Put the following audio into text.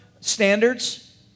standards